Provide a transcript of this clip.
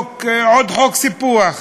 עוד חוק סיפוח.